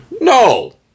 No